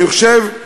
אני חושב,